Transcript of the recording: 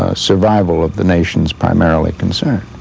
ah survival of the nations primarily concerned.